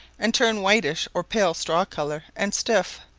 and turn whitish or pale straw colour and stiff.